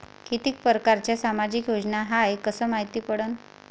कितीक परकारच्या सामाजिक योजना हाय कस मायती पडन?